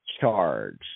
charge